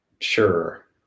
Sure